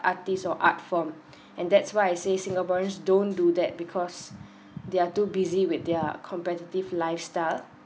artists or art form and that's why I say singaporeans don't do that because they're too busy with their competitive lifestyle